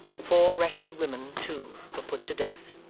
four wretched women, too, were put to death.